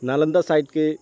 Nalanda side کے